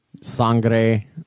Sangre